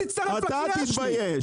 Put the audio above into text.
תתבייש.